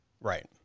right